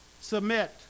submit